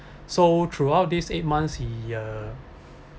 so throughout these eight months he uh